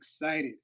excited